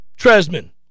Tresman